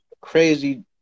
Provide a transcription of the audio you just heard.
crazy